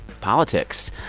politics